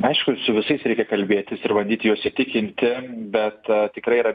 aišku su visais reikia kalbėtis ir bandyti juos įtikinti bet tikrai yra